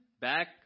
back